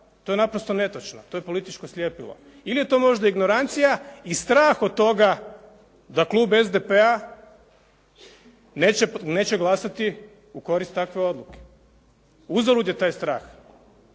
to je naprosto netočno. To je političko slijepilo ili je to možda ignorancija i strah od toga da klub SDP-a neće glasati u korist takve odluke. Uzalud je taj strah.